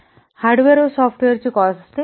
हीच हार्डवेअर व सॉफ्टवेअर ची कॉस्ट असते